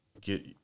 get